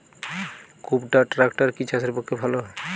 কুবটার ট্রাকটার কি চাষের পক্ষে ভালো?